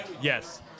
Yes